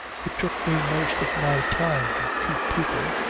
it took me most of my time to keep people,